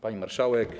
Pani Marszałek!